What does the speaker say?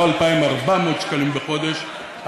לא 2,400 שקלים בחודש,